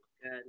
good